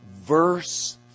verse